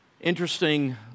Interesting